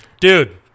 Dude